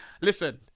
listen